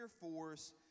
force